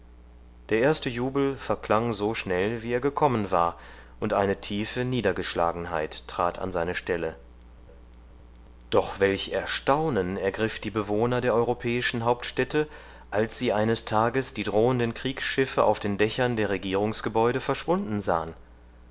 der erste jubel verklang so schnell wie er gekommen war und eine tiefe niedergeschlagenheit trat an seine stelle doch welch erstaunen ergriff die bewohner der europäischen hauptstädte als sie eines tages die drohenden kriegsschiffe auf den dächern der regierungsgebäude verschwunden sahen